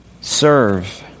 serve